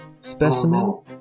specimen